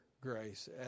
grace